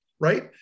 right